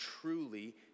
truly